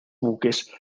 buques